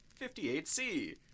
58c